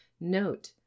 Note